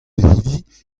hiziv